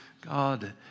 God